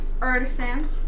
Artisan